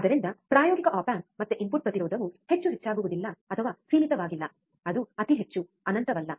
ಆದ್ದರಿಂದ ಪ್ರಾಯೋಗಿಕ op amp ಮತ್ತೆ ಇನ್ಪುಟ್ ಪ್ರತಿರೋಧವು ಹೆಚ್ಚು ಹೆಚ್ಚಾಗುವುದಿಲ್ಲ ಅಥವಾ ಸೀಮಿತವಾಗಿಲ್ಲ ಅದು ಅತಿ ಹೆಚ್ಚು ಅನಂತವಲ್ಲ